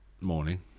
morning